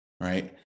right